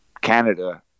Canada –